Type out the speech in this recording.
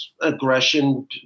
aggression